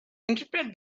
interpret